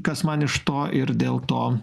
kas man iš to ir dėl to